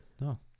no